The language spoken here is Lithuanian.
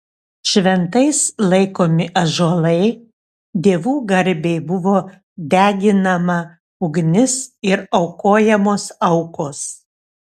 šventais laikomi ąžuolai dievų garbei buvo deginama ugnis ir aukojamos aukos